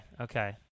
Okay